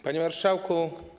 Panie Marszałku!